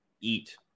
eat